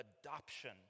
adoption